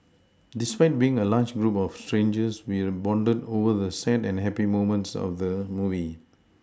despite being a large group of strangers we bonded over the sad and happy moments of the movie